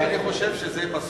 אני חושב שזה פסול